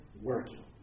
working